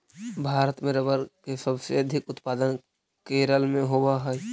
भारत में रबर के सबसे अधिक उत्पादन केरल में होवऽ हइ